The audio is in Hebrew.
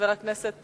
חבר הכנסת,